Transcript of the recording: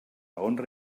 honra